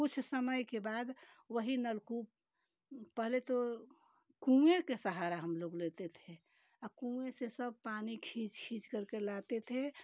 कुछ समय के बाद वही नलकूप पहले तो कुएँ के सहारा हम लोग लेते थे अब कुएँ से सब पानी खींच खींच करके लाते थे